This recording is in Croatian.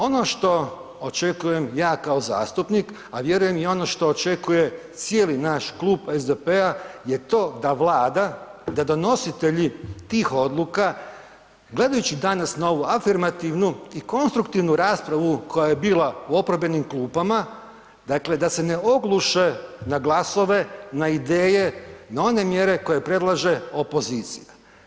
Ono što očekujem ja kao zastupnik, a vjerujem i ono što očekuje cijeli naš Klub SDP-a je to da Vlada, da donositelji tih odluka gledajući danas novu afirmativnu i konstruktivnu raspravu koja je bila u oporbenim klupama, dakle da se ne ogluše na glasove, na ideje, na one mjere koje predlaže opozicija.